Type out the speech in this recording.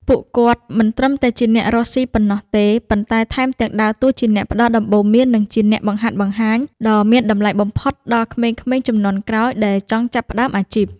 ពួកគាត់មិនត្រឹមតែជាអ្នករកស៊ីប៉ុណ្ណោះទេ ប៉ុន្តែថែមទាំងដើរតួជាអ្នកផ្ដល់ដំបូន្មាន និងជាអ្នកបង្ហាត់បង្ហាញ ដ៏មានតម្លៃបំផុតដល់ក្មេងៗជំនាន់ក្រោយដែលចង់ចាប់ផ្ដើមអាជីព។